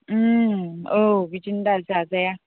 औ बिदिनोदा जाजाया